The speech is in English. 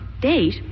Date